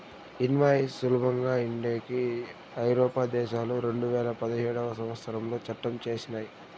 invoice సులభంగా ఉండేకి ఐరోపా దేశాలు రెండువేల పదిహేడవ సంవచ్చరంలో చట్టం చేసినయ్